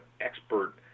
expert –